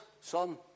Son